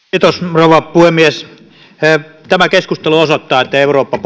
rouva puhemies tämä keskustelu osoittaa että eurooppa